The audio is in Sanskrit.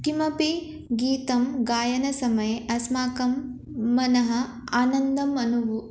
कस्यापि गीतस्य गायनसमये अस्माकं मनः आनन्दम् अनुभूयते